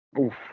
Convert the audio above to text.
Oof